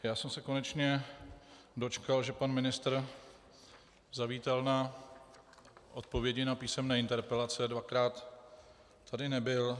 Já jsem se konečně dočkal, že pan ministr zavítal na odpovědi na písemné interpelace, dvakrát tady nebyl.